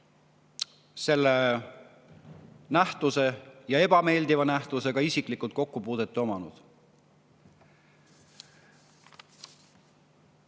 selle nähtusega, selle ebameeldiva nähtusega isiklikku kokkupuudet omanud.